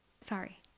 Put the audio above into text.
sorry